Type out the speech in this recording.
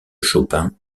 chopin